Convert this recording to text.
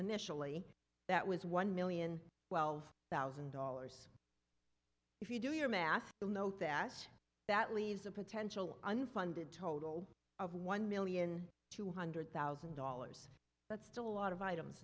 initially that was one million twelve thousand dollars if you do your math the note that that leaves a potential unfunded total of one million two hundred thousand dollars but still a lot of items